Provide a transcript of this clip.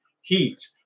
heat